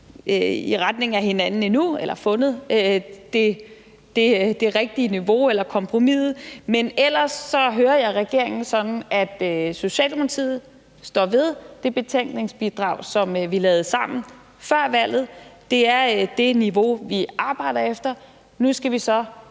i retning af hinanden endnu eller fundet det rigtige niveau eller kompromiset. Men ellers hører jeg regeringen sådan, at Socialdemokratiet står ved det betænkningsbidrag, som vi lavede sammen før valget. Det er det niveau, vi arbejder efter, nu skal vi så